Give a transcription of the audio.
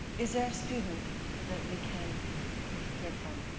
is there a student that we can hear from?